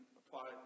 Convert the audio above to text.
apply